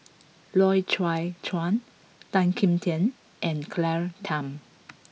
Loy Chye Chuan Tan Kim Tian and Claire Tham